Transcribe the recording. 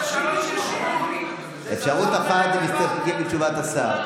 היא להסתפק בתשובת השר.